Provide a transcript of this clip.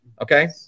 okay